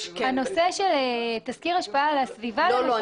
הנושא של תסקיר השפעה על הסביבה --- לא,